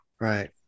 Right